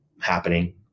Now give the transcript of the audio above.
happening